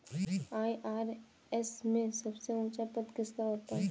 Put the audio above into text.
IRS में सबसे ऊंचा पद किसका होता है?